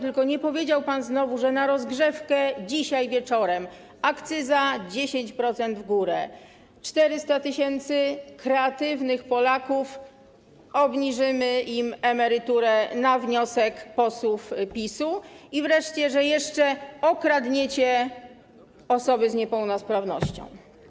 Tylko nie powiedział pan znowu, że na rozgrzewkę, dzisiaj wieczorem, akcyza - 10% w górę, 400 tys. kreatywnych Polaków obniżymy emeryturę na wniosek posłów PiS-u, wreszcie, że jeszcze okradniecie osoby z niepełnosprawnością.